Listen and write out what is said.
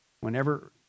Whenever